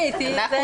זה